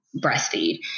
breastfeed